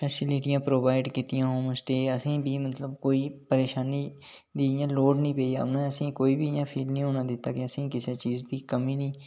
फैसीलिटियां प्रोबाइड कीतियां home stay असेंगी बी मतलब कोई परेशानी दी लोड़ नेईं पेई असेंगी मैह्सूस नीं होन दिता कि असेंगी कुसै चीज़ दी कमी नेईं